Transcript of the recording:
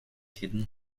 hidden